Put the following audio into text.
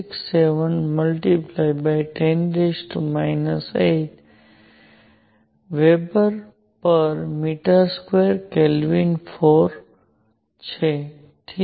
67 × 10 8 Wm2K4 છે ઠીક છે